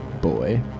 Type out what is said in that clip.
boy